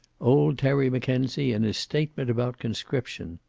old terry mackenzie and his statement about conscription.